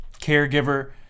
caregiver